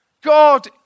God